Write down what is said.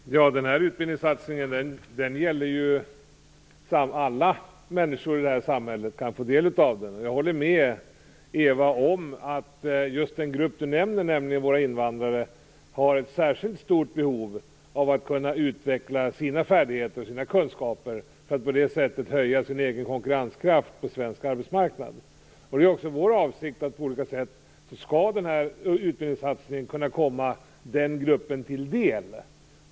Herr talman! Den här utbildningssatsningen gäller ju alla. Alla människor i det här samhället kan få del av den. Jag håller med Eva Johansson om att just den grupp hon nämner, nämligen våra invandrare, har ett särskilt stort behov av att kunna utveckla sina färdigheter och kunskaper för att på det sättet höja sin egen konkurrenskraft på svensk arbetsmarknad. Det är också vår avsikt att den här utbildningssatsningen på olika sätt skall kunna komma den gruppen till del.